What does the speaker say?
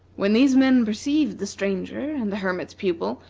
when these men perceived the stranger and the hermit's pupil,